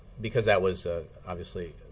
because that was obviously